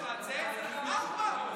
היא יצאה.